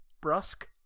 brusque